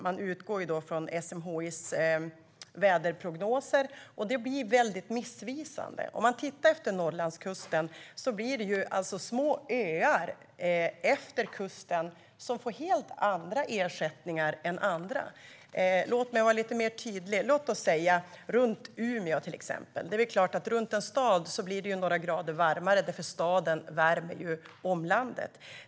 Man utgår från SMHI:s väderprognoser, och det blir väldigt missvisande. Efter Norrlandskusten blir det små "öar" som får helt andra ersättningar än andra områden. Låt mig vara lite mer tydlig och ta området runt Umeå som exempel. Det är klart att runt en stad blir det några grader varmare eftersom staden värmer omgivningen.